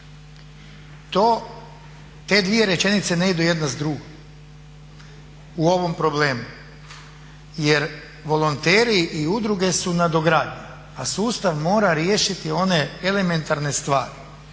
Te dvije rečenice ne idu jedna s drugom u ovom problemu jer volonteri i udruge su nadogradnja, a sustav mora riješiti one elementarne stvari,